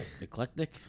Eclectic